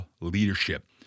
leadership